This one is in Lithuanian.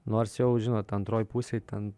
nors jau žinot antroj pusėj ten